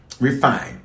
refine